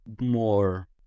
more